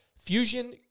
Fusion